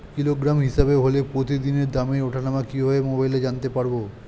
Kilogram হিসাবে হলে প্রতিদিনের দামের ওঠানামা কিভাবে মোবাইলে জানতে পারবো?